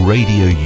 Radio